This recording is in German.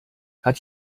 hat